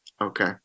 okay